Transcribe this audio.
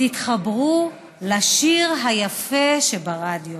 תתחברו לשיר היפה שברדיו.